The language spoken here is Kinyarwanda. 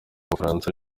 bufaransa